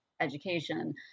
education